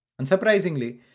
Unsurprisingly